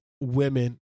women